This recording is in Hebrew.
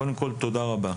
קודם כל, תודה רבה.